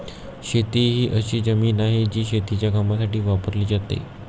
शेती ही अशी जमीन आहे, जी शेतीच्या कामासाठी वापरली जाते